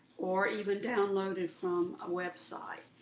or even downloaded from a website.